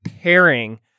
pairing